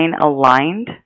aligned